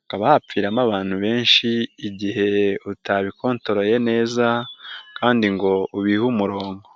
hakaba hapfiramo abantu benshi igihe utabikontoroye neza kandi ngo ubihe umurongo.